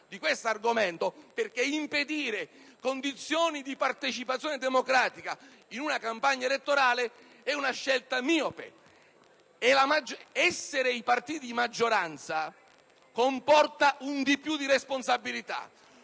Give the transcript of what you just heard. di questo argomento perché impedire condizioni di partecipazione democratica in una campagna elettorale è una scelta miope. Essere partiti di maggioranza comporta un di più di responsabilità.